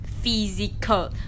Physical